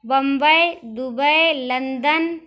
Bombay Dubai London